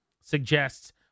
suggests